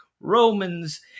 Romans